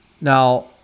now